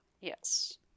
Yes